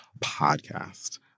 podcast